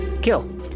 Kill